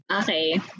Okay